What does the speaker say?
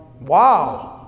wow